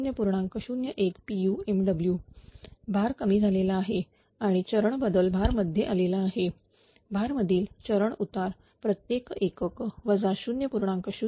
01 pu MW भार कमी झालेला आहे आणि चरण बदल भार मध्ये आलेला आहे भार मधील चरण उतार प्रत्येक एकक 0